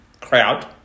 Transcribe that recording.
crowd